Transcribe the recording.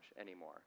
anymore